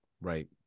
Right